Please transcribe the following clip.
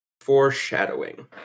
Foreshadowing